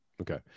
okay